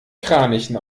kranichen